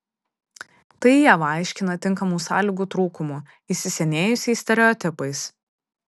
tai ieva aiškina tinkamų sąlygų trūkumu įsisenėjusiais stereotipais